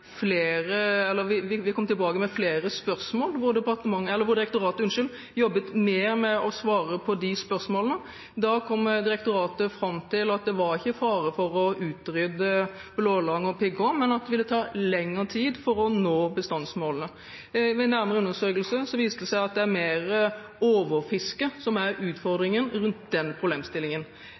Vi kom tilbake med flere spørsmål, og direktoratet jobbet mer med å svare på de spørsmålene. Da kom direktoratet fram til at det ikke var fare for å utrydde blålange og pigghå, men at det ville ta lengre tid å nå bestandsmålene. Ved nærmere undersøkelse viste det seg at det mer er overfiske som er utfordringen rundt den problemstillingen